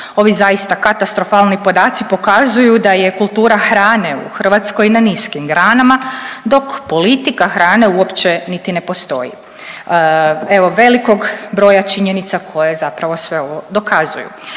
Ovi zaista katastrofalni podaci pokazuju da je kultura hrane u Hrvatskoj na niskim granama dok politika hrane uopće niti ne postoji. Evo velikog broja činjenica koje zapravo sve ovo dokazuju.